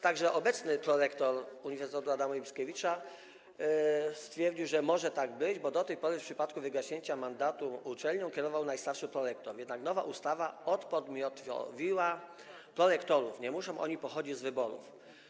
Także obecny prorektor Uniwersytetu Adama Mickiewicza stwierdził, że może tak być, bo do tej pory w przypadku wygaśnięcia mandatu uczelnią kierował najstarszy prorektor, jednak nowa ustawa odpodmiotowiła prorektorów, nie muszą oni pochodzić z wyborów.